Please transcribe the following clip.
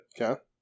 Okay